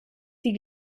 die